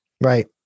Right